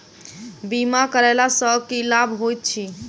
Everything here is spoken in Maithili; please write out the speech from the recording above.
बीमा करैला सअ की लाभ होइत छी?